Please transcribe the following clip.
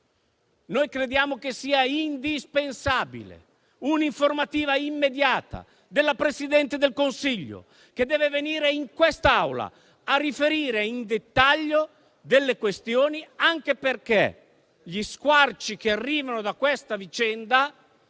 Noi crediamo che sia indispensabile un'informativa immediata della Presidente del Consiglio, che deve venire in quest'Aula a riferire in dettaglio delle questioni, anche perché gli squarci che arrivano dalla vicenda